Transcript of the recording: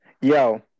Yo